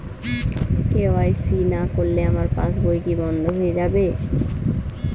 KYC না করলে আমার পাশ বই কি বন্ধ হয়ে যাবে?